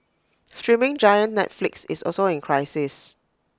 streaming giant Netflix is also in crisis